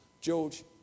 George